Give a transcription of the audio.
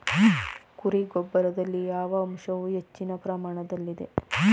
ಕುರಿ ಗೊಬ್ಬರದಲ್ಲಿ ಯಾವ ಅಂಶವು ಹೆಚ್ಚಿನ ಪ್ರಮಾಣದಲ್ಲಿದೆ?